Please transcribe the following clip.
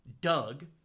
doug